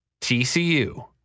TCU